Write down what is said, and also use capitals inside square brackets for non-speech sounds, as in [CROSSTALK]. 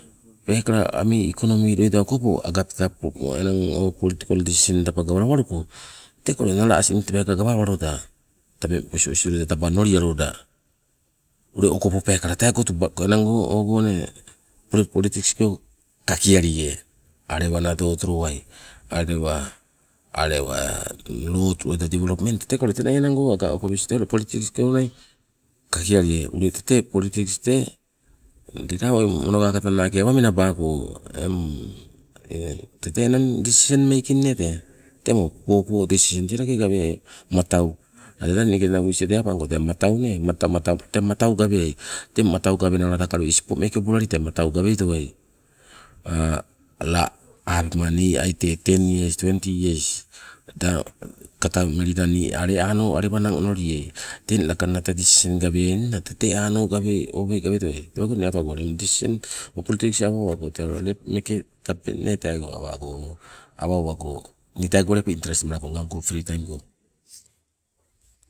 Peekala ami ekonomi loida okopo agapta poko enang o politikol disisen taba gawalawaluko, teka nala asing peekala gawalawa loda tabeng, [UNINTELLIGIBLE] taba onolia loda ule okopo peekala teego tuba enang ogo nee politiks go kakialie alewa nado otolowaina. [HESITATION] loutu loida divolopment teteka tenai aga okowes tee ka ule politiks go nai kakialie ule tee politiks tee awoi mono kakata naake awa menabako tete enang disisen meiking nee tee, temo popo disisen tee lake gaweai matau ai niike la nagovis ie tee apangko matau, matamatau tee matau gaweai. Teng matau gaweena laka ule ispo meeke obolali tee matau gaweitowai, la apema ni aite ten years, twenty years tee kata melila nii ale ano alewanang onoliai, teng lakanna tee disisen gaweaingna, tee te ano owei gaweai. Tewago inne apago o decision o politiks awa owago tee lepo interest malako ngang go free time go.